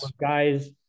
guys